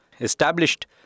established